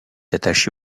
attaché